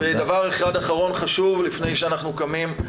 דבר אחד אחרון חשוב לפני שאנחנו קמים,